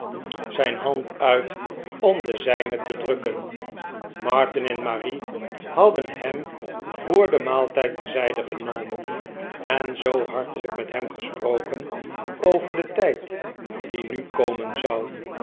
avond hand uit om de zijne te drukken martin en marie hadden hem voor den maaltijd terzijde genomen en zoo hartelijk met hem gesproken over den tijd die nu komen zou